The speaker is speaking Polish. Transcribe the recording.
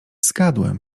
zgadłem